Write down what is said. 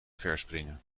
verspringen